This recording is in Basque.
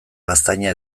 gaztaina